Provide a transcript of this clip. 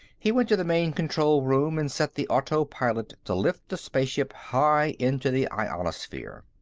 he went to the main control room and set the autopilot to lift the spaceship high into the ionosphere.